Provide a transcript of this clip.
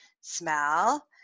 smell